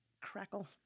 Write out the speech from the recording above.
crackle